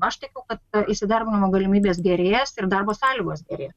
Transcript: aš tikiu kad įsidarbinimo galimybės gerės ir darbo sąlygos gerės